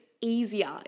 easier